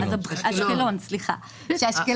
שהיא